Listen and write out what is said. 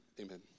Amen